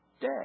day